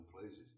places